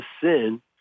sin